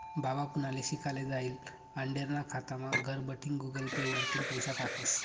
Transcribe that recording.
बाबा पुनाले शिकाले जायेल आंडेरना खातामा घरबठीन गुगल पे वरतीन पैसा टाकस